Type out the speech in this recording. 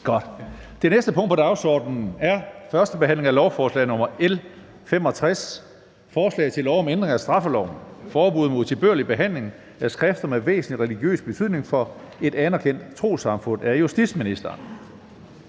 Det sidste punkt på dagsordenen er: 4) 1. behandling af lovforslag nr. L 65: Forslag til lov om ændring af straffeloven. (Forbud mod utilbørlig behandling af skrifter med væsentlig religiøs betydning for et anerkendt trossamfund). Af justitsministeren